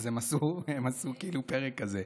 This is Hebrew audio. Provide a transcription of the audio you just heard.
אז הם עשו כאילו פרק כזה.